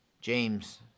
James